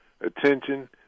attention